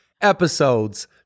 episode's